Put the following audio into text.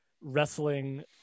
wrestling